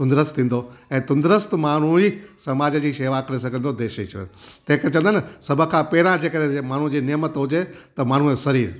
तंदुरुस्तु थींदो ऐं तंदुरुस्तु माण्हू ई समाज जी सेवा करे सघंदो देश जी तंहिं करे चवंदा आहिनि सब खां पहिरियों जंहिं करे जे माण्हूअ जी नैमत हुजे त माण्हूअ जो शरीरु